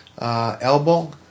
Elbow